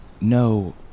No